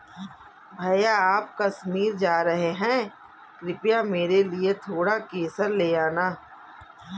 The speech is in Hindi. भैया आप कश्मीर जा रहे हैं कृपया मेरे लिए थोड़ा केसर ले आना